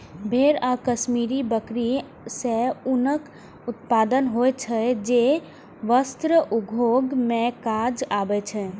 भेड़ आ कश्मीरी बकरी सं ऊनक उत्पादन होइ छै, जे वस्त्र उद्योग मे काज आबै छै